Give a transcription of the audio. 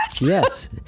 Yes